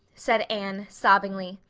said anne, sobbingly.